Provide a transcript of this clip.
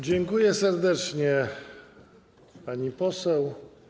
Dziękuję serdecznie, pani poseł.